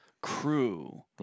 crew